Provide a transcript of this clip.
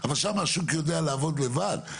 אבל שם השוק יודע לעבוד לבד.